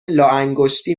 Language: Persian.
لاانگشتی